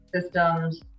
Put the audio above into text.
systems